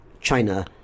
China